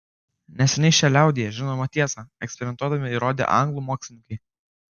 neseniai šią liaudyje žinomą tiesą eksperimentuodami įrodė anglų mokslininkai